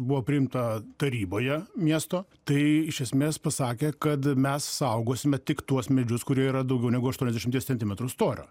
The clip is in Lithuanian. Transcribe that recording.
buvo priimta taryboje miesto tai iš esmės pasakė kad mes saugosime tik tuos medžius kurie yra daugiau negu aštuoniasdešimties centimetrų storio